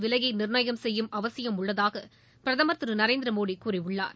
விலையை நிர்ணயம் செய்யும் அவசியம் உள்ளதாக பிரதமர் திரு நரேந்திரமோடி கூறியுள்ளார்